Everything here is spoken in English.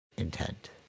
intent